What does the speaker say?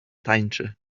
tańczy